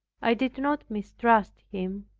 i did not mistrust him.